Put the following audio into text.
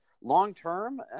long-term